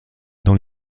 dans